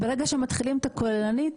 ברגע שמתחילים את הכוללנית,